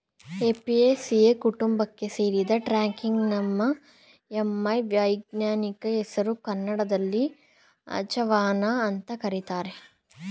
Apiaceae ಕುಟುಂಬಕ್ಕೆ ಸೇರಿದ ಟ್ರ್ಯಾಕಿಸ್ಪರ್ಮಮ್ ಎಮೈ ವೈಜ್ಞಾನಿಕ ಹೆಸರು ಕನ್ನಡದಲ್ಲಿ ಅಜವಾನ ಅಂತ ಕರೀತಾರೆ